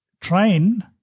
train